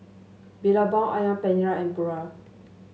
Billabong ayam Penyet Ria and Pura